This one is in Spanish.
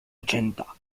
ochenta